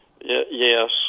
yes